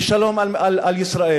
ושלום על ישראל.